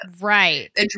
Right